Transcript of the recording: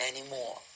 anymore